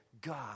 God